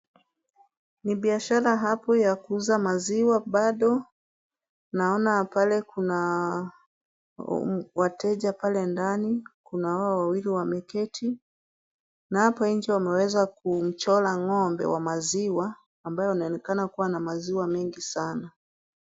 Ni biashara hapo ya kuuza maziwa, bado naona pale kuna wateja pale ndani, kuna hao wawili wameketi na hapo nje wameweza kuchora ng'ombe wa maziwa ambaye anaonekana kuwa na maziwa mengi sana.